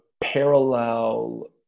parallel